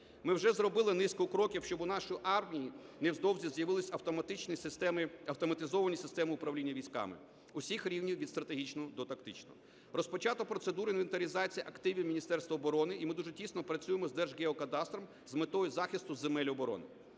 Ми вже зробили низку кроків, щоби у нашої армії невдовзі з'явилися автоматичні системи... автоматизовані системи управління військами усіх рівнів, від стратегічного до тактичного. Розпочато процедури інвентаризації активів Міністерства оборони, і ми дуже тісно працюємо з Держгеокадастром з метою захисту земель оборони.